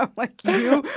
ah like you.